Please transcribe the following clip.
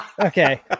Okay